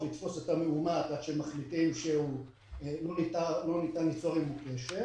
עד שמחליטים שלא ניתן ליצור עימו קשר